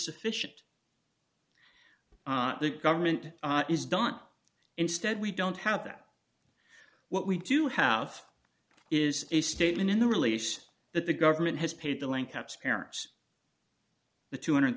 sufficient the government is done instead we don't have that what we do have is a statement in the release that the government has paid the linkups parents the two hundred and